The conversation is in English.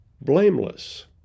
blameless